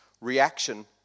reaction